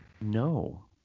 No